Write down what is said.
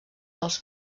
als